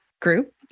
group